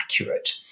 accurate